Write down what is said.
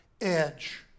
edge